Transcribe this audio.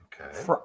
Okay